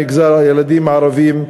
התקציב.